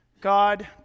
God